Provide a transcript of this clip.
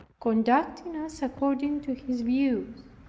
conducting us according to his views,